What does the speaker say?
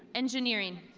engineering.